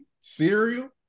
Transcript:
cereal